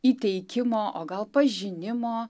įteikimo o gal pažinimo